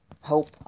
hope